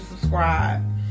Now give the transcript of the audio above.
subscribe